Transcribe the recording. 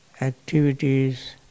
activities